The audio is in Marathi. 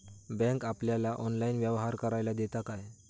बँक आपल्याला ऑनलाइन व्यवहार करायला देता काय?